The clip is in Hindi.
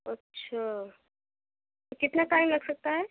अच्छा त कितना टाइम लग सकता है